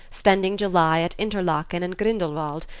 spending july at interlaken and grindelwald,